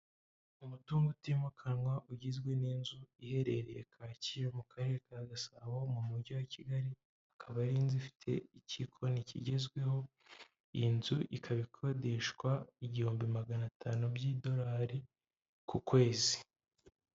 Umutungo utimukanwa ugizwe n'inzu, iherereye Kacyiru mu karere ka Gasabo mu mujyi wa Kigali, akaba ari inzu ifite ikikoni kigezweho, iyi nzu ikaba ikodeshwa igihumbi magana atanu by'idolari ku kwezi.